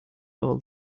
all